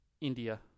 India